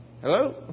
Hello